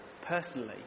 personally